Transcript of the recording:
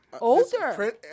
older